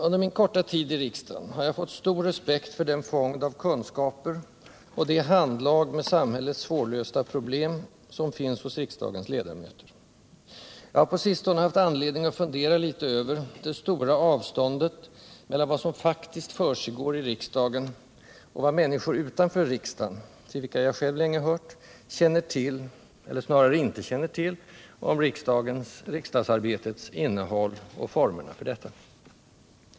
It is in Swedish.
Under min korta tid i riksdagen har jag fått stor respekt för den fond av kunskaper och det handlag med samhällets svårlösta problem som finns hos riksdagens ledamöter. Jag har på sistone haft anledning att fundera litet över det stora avståndet mellan vad som faktiskt försiggår i riksdagen och vad människor utanför riksdagen — till vilka jag själv länge hört — känner till, eller snarare inte känner till, om riksdagsarbetets innehåll och formerna för detta.